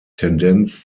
tendenz